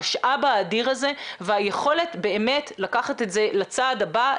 המשאב האדיר הזה והיכולת באמת לקחת את זה לצעד הבא,